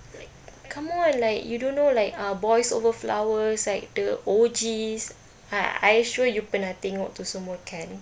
like come on like you don't know like uh boys over flowers like the O_Gs are are you sure you pernah tengok itu semua kan